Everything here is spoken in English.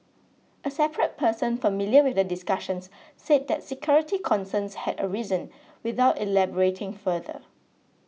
a separate person familiar with the discussions said that security concerns had arisen without elaborating further